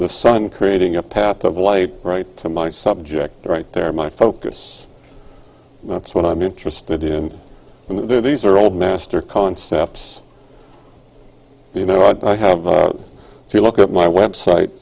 the sun creating a path of light right to my subject right there my focus that's what i'm interested in and the these are old master concepts you know it by home vote if you look at my website